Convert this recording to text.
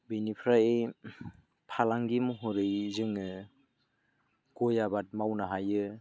बिनिफ्राय फालांगि महरै जोङो गय आबाद मावनो हायो